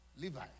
Levi